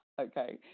okay